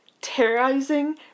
terrorizing